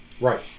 Right